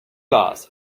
vás